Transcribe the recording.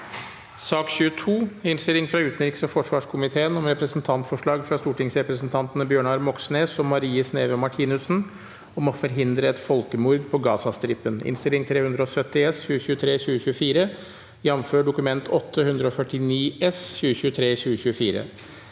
Innstilling fra utenriks- og forsvarskomiteen om Representantforslag fra stortingsrepresentantene Bjør- nar Moxnes og Marie Sneve Martinussen om å forhindre et folkemord på Gazastripen (Innst. 370 S (2023–2024), jf. Dokument 8:149 S (2023–2024))